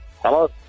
Hello